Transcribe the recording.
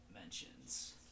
mentions